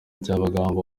byabagamba